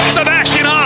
Sebastian